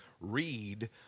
read